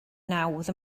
nawdd